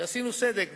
שעשינו סדק,